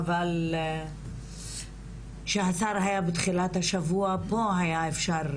חבל שהשר היה בתחילת השבוע פה היה אפשר,